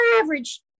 average